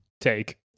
take